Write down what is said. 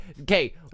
okay